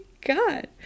God